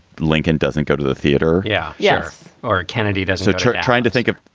lincoln doesn't go to the theater. yeah. yeah. or a kennedy does. so. trying to think of.